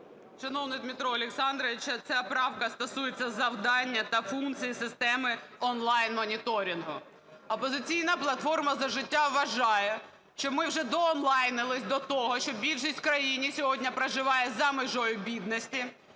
Шановний Дмитро Олександрович! Ця правка стосується завдання та функції системи онлайн-моніторингу. "Опозиційна платформа - За життя" вважає, що ми вже доонлайнились до того, що більшість в країні сьогодні проживають за межею бідності,